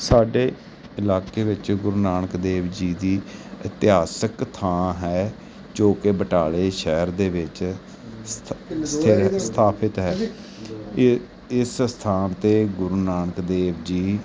ਸਾਡੇ ਇਲਾਕੇ ਵਿੱਚ ਗੁਰੂ ਨਾਨਕ ਦੇਵ ਜੀ ਦੀ ਇਤਿਹਾਸਿਕ ਥਾਂ ਹੈ ਜੋ ਕਿ ਬਟਾਲੇ ਸ਼ਹਿਰ ਦੇ ਵਿੱਚ ਸਥ ਸਥਿਰ ਸਥਾਪਿਤ ਇ ਇਸ ਅਸਥਾਨ 'ਤੇ ਗੁਰੂ ਨਾਨਕ ਦੇਵ ਜੀ